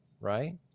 right